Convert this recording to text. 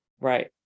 Right